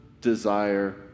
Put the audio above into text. desire